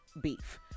beef